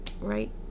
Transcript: right